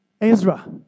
Ezra